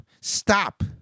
Stop